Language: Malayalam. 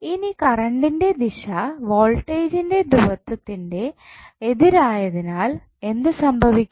ഇനി കറണ്ടിൻ്റെ ദിശ വോൾട്ടേജിൻ്റെ ധ്രുവത്വത്തിൻ്റെ എതിരായതിനാൽ എന്തു സംഭവിക്കും